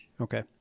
Okay